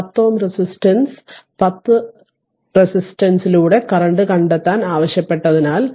10 Ω resistance 10 റെസിസ്റ്റൻസിലൂടെ current കണ്ടെത്താൻ ആവശ്യപ്പെട്ടതിനാൽ